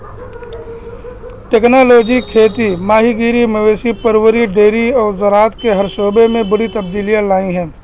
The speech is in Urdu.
ٹیکنالوجی کھیتی ماہی گیری مویسیی پروری ڈیری اور زراعت کے ہر شعبے میں بڑی تبدیلیاں لائی ہیں